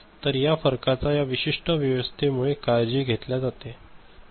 तर या फरकाचा या विशिष्ट व्यवस्थेमुळे काळजी घेतल्या जाते